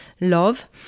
love